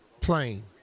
plane